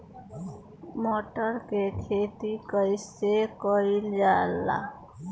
मटर के खेती कइसे कइल जाला?